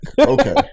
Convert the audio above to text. Okay